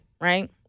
right